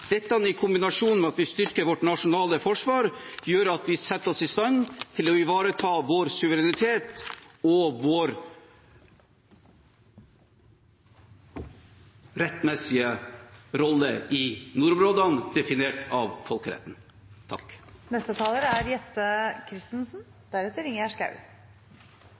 Dette, i kombinasjon med at vi styrker vårt nasjonale forsvar, gjør at vi setter oss i stand til å ivareta vår suverenitet og vår rettmessige rolle i nordområdene, definert av folkeretten. Det er